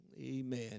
Amen